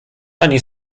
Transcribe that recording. ani